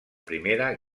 primera